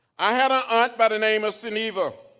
i had an aunt by the name of suniva.